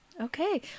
Okay